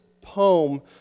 poem